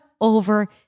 over